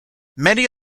many